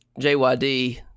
JYD